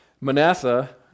Manasseh